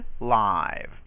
live